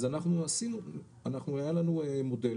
היה לנו מודל